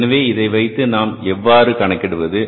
எனவே இதை வைத்து நாம் எவ்வாறு கணக்கிடுவது